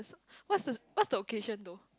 what's the what's the occasion though